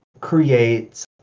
create